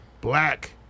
black